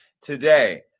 today